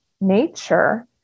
nature